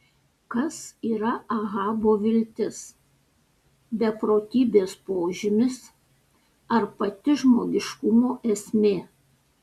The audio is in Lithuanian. kas yra ahabo viltis beprotybės požymis ar pati žmogiškumo esmė